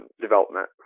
development